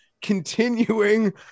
continuing